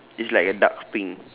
it's like a dark pink